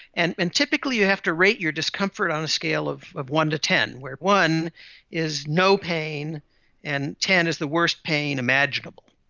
and and typically you have to rate your discomfort on a scale of of one to ten, where one is no pain and ten is the worst pain imaginable.